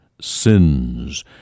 sins